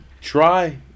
Try